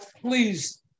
please